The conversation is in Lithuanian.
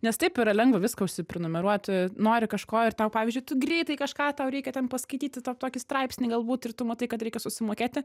nes taip yra lengva viską užsiprenumeruoti nori kažko ir tau pavyzdžiui tu greitai kažką tau reikia ten paskaityti tą tokį straipsnį galbūt ir tu matai kad reikia susimokėti